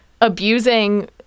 abusing